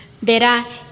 Verá